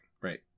Right